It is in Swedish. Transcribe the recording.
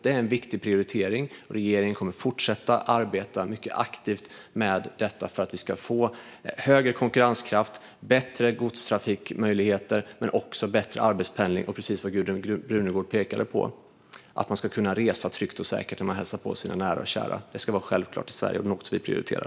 Detta är en viktig prioritering, och regeringen kommer att fortsätta att arbeta mycket aktivt med detta för att vi ska få bättre konkurrenskraft, bättre godstrafikmöjligheter och bättre arbetspendling. Och precis som Gudrun Brunegård pekade på ska man kunna resa tryggt och säkert när man hälsar på sina nära och kära. Det ska vara självklart i Sverige och något som vi prioriterar.